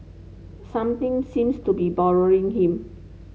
something seems to be boring him